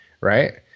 right